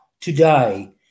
today